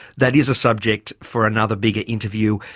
that is a subject for another bigger interview.